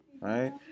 Right